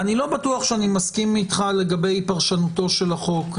אני לא בטוח שאני מסכים אתך לגבי פרשנות החוק.